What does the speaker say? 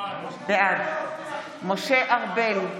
בעד משה ארבל,